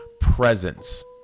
presence